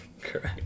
Correct